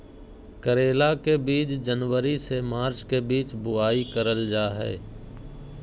करेला के बीज जनवरी से मार्च के बीच बुआई करल जा हय